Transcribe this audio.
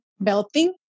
belting